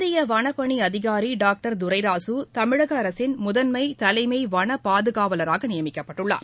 இந்திய வளப்பனி அதிகாரி டாக்டர் துரை ராசு தமிழக அரசின் முதன்மை தலைமை வளப் பாதுகாவலராக நியமிக்கப்பட்டுள்ளார்